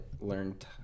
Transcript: learned